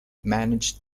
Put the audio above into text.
managed